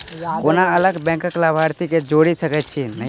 कोना अलग बैंकक लाभार्थी केँ जोड़ी सकैत छी?